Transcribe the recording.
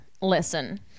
listen